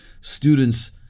students